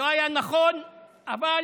זה לא היה נכון, אבל